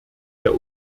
der